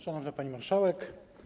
Szanowna Pani Marszałek!